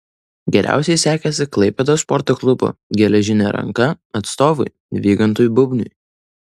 geriausiai sekėsi klaipėdos sporto klubo geležinė ranka atstovui vygantui bubniui